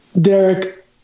Derek